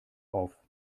auf